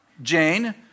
Jane